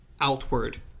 outward